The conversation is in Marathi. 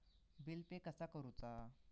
बिल पे कसा करुचा?